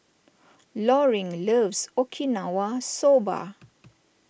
Loring loves Okinawa Soba